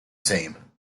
same